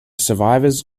survivors